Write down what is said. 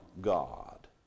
God